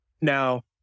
Now